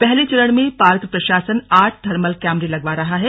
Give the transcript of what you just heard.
पहले चरण में पार्क प्रशासन आठ थर्मल कैमरे लगवा रहा है